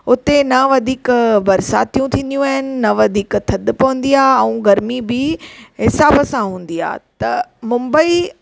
हुते न वधीक बरसातियू थींदियूं आहिनि न वधीक थधि पवंदी आहे ऐं गर्मी बि हिसाब सा हूंदी आहे त मुंबई